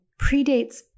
predates